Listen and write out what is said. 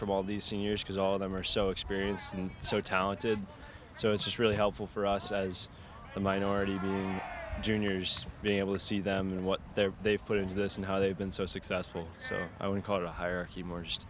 from all these seniors because all of them are so experienced and so talented so it's really helpful for us as a minority of the juniors being able to see them and what their they've put into this and how they've been so successful so i would call it a hierarchy more just